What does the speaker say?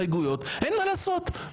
הסתייגויות, אין מה לעשות.